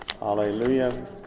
hallelujah